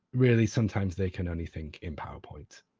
really, sometimes, they can only think in powerpoint.